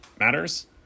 matters